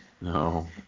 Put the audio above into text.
No